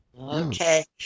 Okay